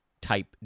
type